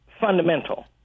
fundamental